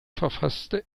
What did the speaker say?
verfasste